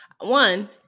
One